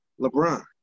LeBron